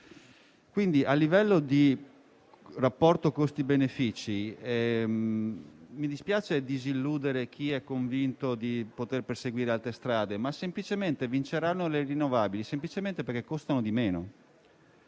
Quindi, a livello di rapporto tra costi e benefici, mi dispiace disilludere chi è convinto di poter perseguire altre strade, ma vinceranno le rinnovabili, semplicemente perché costano di meno.